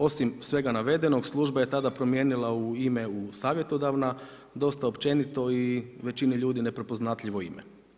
Osim svega navedenog služba je tada promijenila u ime u savjetodavna, dosta općenito i većini ljudi neprepoznatljivo ime.